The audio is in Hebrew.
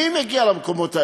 מי מגיע למקומות האלה?